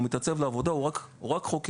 מתייצב בעבודה והוא רק חוקר,